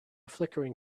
flickering